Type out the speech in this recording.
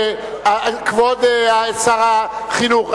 כבוד שר החינוך,